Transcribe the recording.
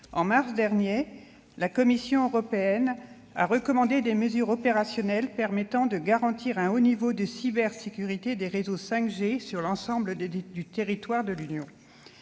En mars dernier, la Commission européenne a recommandé des mesures opérationnelles permettant de garantir un haut niveau de cybersécurité des réseaux 5G sur l'ensemble du territoire de l'Union